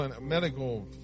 medical